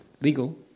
legal